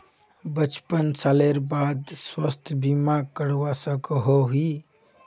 पचपन सालेर बाद स्वास्थ्य बीमा करवा सकोहो ही?